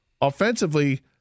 offensively